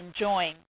enjoying